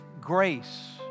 grace